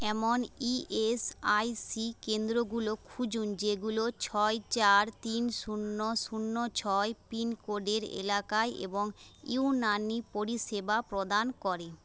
এমন ইএসআইসি কেন্দ্রগুলো খুঁজুন যেগুলো ছয় চার তিন শূন্য শূন্য ছয় পিনকোডের এলাকায় এবং ইউনানি পরিষেবা প্রদান করে